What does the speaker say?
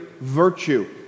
virtue